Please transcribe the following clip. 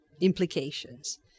implications